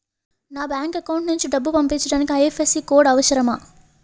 నా bank account నుంచి డబ్బు పంపించడానికి ఐ.ఎఫ్.ఎస్.సి కోడ్ అవసరమా?